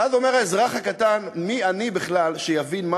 ואז אומר האזרח הקטן: מי אני בכלל שאבין מה